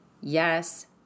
Yes